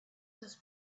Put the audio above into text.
those